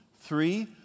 three